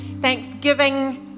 Thanksgiving